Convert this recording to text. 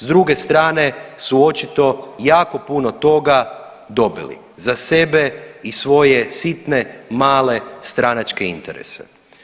S druge strane su očito jako puno toga dobili za sebe i svoje sitne, male stranačke interese.